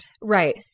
Right